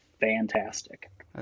fantastic